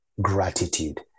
gratitude